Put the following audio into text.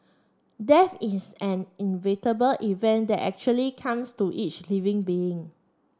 death is an inevitable event that actually comes to each living being